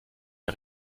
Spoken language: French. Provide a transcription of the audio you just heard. les